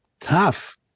tough